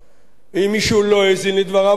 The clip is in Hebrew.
אם מישהו לא האזין לדבריו, אני ממליץ.